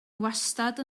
wastad